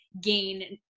gain